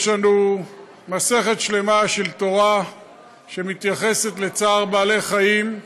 יש לנו מסכת שלמה של תורה שמתייחסת לצער בעלי-חיים,